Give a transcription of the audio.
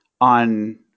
on